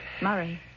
Murray